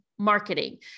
marketing